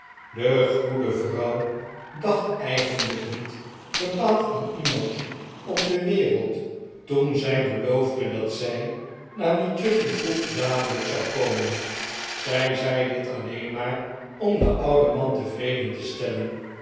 de goede vrouw dacht eigenlijk niet bepaald aan iemand op de wereld toen zij beloofde dat zij naar wie chuffey vroeg dadelijk zou komen zij zei dit alleen maar om den ouden man tevreden te stellen